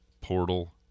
portal